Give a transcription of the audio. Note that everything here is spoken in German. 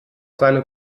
seine